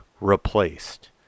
replaced